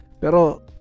Pero